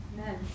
Amen